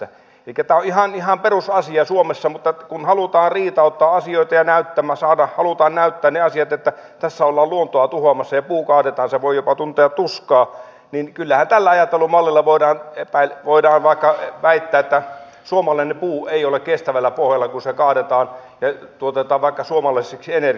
elikkä tämä on ihan perusasia suomessa mutta kun halutaan riitauttaa asioita ja halutaan näyttää ne asiat niin että tässä ollaan luontoa tuhoamassa ja kun puu kaadetaan se voi jopa tuntea tuskaa niin kyllähän tällä ajattelumallilla voidaan vaikka väittää että suomalainen puu ei ole kestävällä pohjalla kun se kaadetaan ja tuotetaan vaikka suomalaiseksi energiaksi